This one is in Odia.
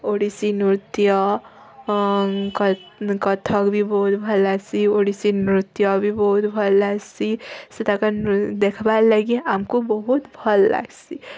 ଓଡ଼ଶୀ ନୃତ୍ୟ କଥକ୍ ବି ବହୁତ୍ ଭଲ୍ ଲାଗ୍ସି ଓଡ଼ିଶୀ ନୃତ୍ୟ ବି ବହୁତ୍ ଭଲ୍ ଲାଗ୍ସି ସେ ତାକର୍ ଦୋଖ୍ବାର୍ ଲାଗି ଆମ୍କୁ ବହୁତ୍ ଭଲ୍ ଲାଗ୍ସି